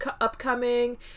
upcoming